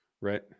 Right